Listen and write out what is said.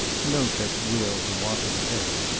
no such will to wanton killing.